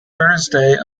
thursday